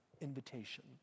invitation